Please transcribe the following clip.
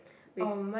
with